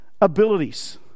abilities